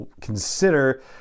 consider